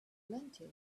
plenty